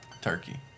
turkey